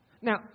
Now